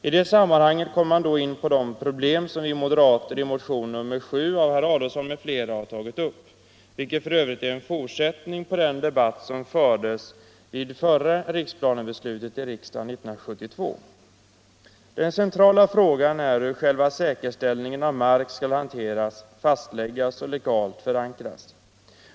I det sammanhanget möter man de problem som vi moderater i motionen nr 7 av herr Adolfsson m.fl. har tagit upp, vilket för övrigt är en fortsättning på den debatt som fördes vid förra riksplanebeslutet i riksdagen 1972. Den centrala frågan är hur själva säkerställandet av mark skall hanteras, fastläggas och legalt förankras.